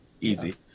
Easy